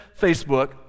Facebook